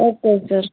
okay sir